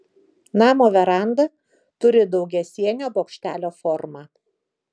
namo veranda turi daugiasienio bokštelio formą